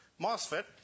MOSFET